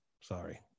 sorry